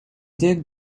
dig